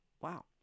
Wow